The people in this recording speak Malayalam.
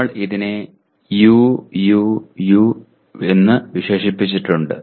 ഞങ്ങൾ അതിനെ U U U എന്ന് വിശേഷിപ്പിച്ചിട്ടുണ്ട്